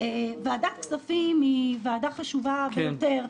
ועדת הכספים היא ועדה חשובה ביותר.